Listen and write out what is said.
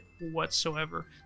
whatsoever